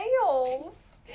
nails